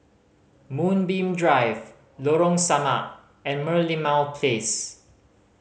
Moonbeam Drive Lorong Samak and Merlimau Place